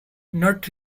not